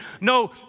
No